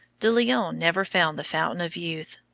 de leon never found the fountain of youth,